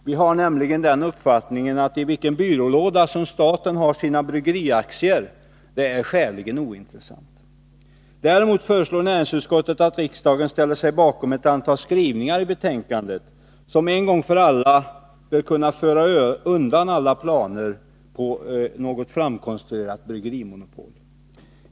Vi har nämligen uppfattningen att vilken byrålåda som staten har sina bryggeriaktier i är skäligen ointressant. Däremot föreslår näringsutskottet att riksdagen ställer sig bakom ett antal skrivningar i betänkandet. De skrivningarna bör en gång för alla kunna föra undan alla planer på något konstruerat bryggerimonopol.